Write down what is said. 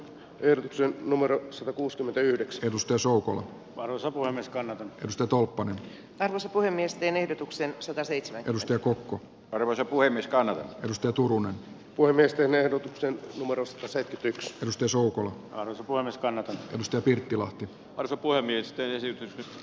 yrityksen numero satakuusikymmentäyhdeksän mustan suuhun varaosapuolen niskan pistotulpan pääosin puhemiesten ehdotukseen sataseitsemänkymmentä kokko arvelee huimiskanava pystyy turun woimamiesten ehdotuksen muodostaa se typistämistä suuhun on sukua niskanen tutustui pirttilahti arto poimi esteisiin